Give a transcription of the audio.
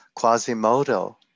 Quasimodo